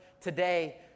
today